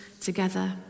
together